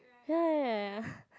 ya